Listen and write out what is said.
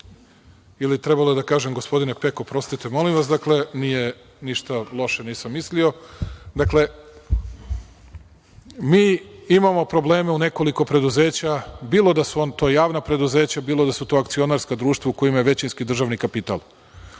bi trebalo da kažem gospodine Pek, oprostite, molim vas, nisam ništa loše mislio, dakle, mi imamo probleme u nekoliko preduzeća, bilo da su vam to javna preduzeća, bilo da su to akcionarska društva u kojima je većinski državni kapital. Dakle,